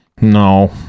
No